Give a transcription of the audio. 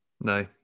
no